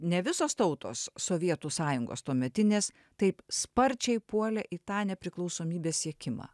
ne visos tautos sovietų sąjungos tuometinės taip sparčiai puolė į tą nepriklausomybės siekimą